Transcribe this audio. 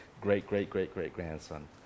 great-great-great-great-grandson